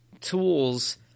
tools